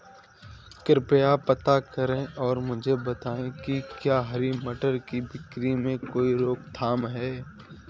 कृपया पता करें और मुझे बताएं कि क्या हरी मटर की बिक्री में कोई रोकथाम है?